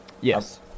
Yes